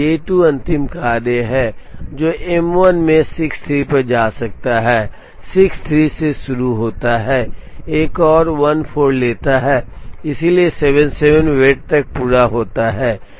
अब J2 अंतिम कार्य है जो M1 में 63 पर जा सकता है 63 से शुरू होता है एक और 14 लेता है इसलिए 77 वेट तक पूरा होता है